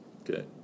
Okay